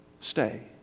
stay